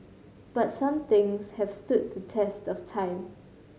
but some things have stood the test of time